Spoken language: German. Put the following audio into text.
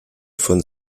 von